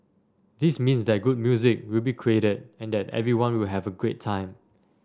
this means that good music will be created and that everyone will have a great time